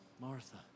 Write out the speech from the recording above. Martha